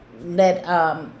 let